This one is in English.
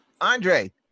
Andre